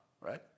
right